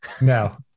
No